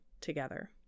together